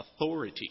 authority